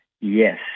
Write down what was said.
Yes